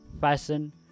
fashion